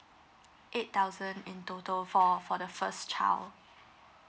eight thousand in total for for the first child